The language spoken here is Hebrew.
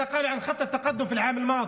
מתקציב ההתקדמות שהביאה הרשימה המשותפת